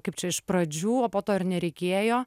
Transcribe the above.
kaip čia iš pradžių o po to ir nereikėjo